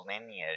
lineage